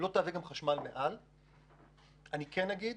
אני כן אגיד